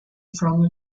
from